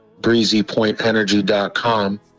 breezypointenergy.com